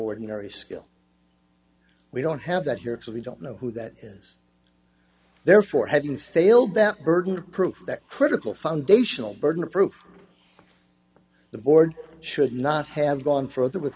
ordinary d skill we don't have that here because we don't know who that is therefore having failed that burden of proof that critical foundational burden of proof the board should not have gone further with